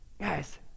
guys